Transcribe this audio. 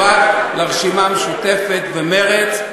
פרט לרשימה המשותפת ומרצ,